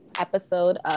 episode